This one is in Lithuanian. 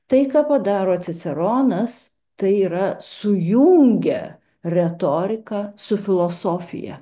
tai ką padaro ciceronas tai yra sujungia retoriką su filosofija